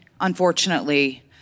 unfortunately